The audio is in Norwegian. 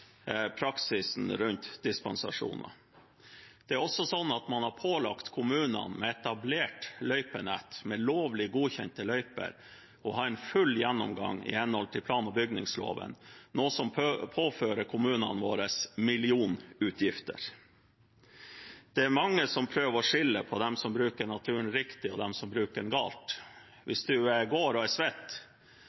praksisen rundt dispensasjoner. Det er også sånn at man har pålagt kommunene med etablert løypenett, med lovlig godkjente løyper, å ha en full gjennomgang i henhold til plan- og bygningsloven, noe som påfører kommunene våre millionutgifter. Det er mange som prøver å skille mellom dem som bruker naturen riktig, og dem som bruker den galt. Hvis man går og er svett,